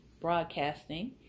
broadcasting